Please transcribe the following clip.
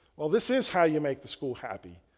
well this is how you make the school happy.